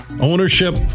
ownership